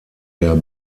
der